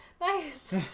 Nice